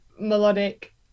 melodic